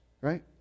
Right